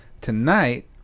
Tonight